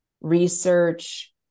research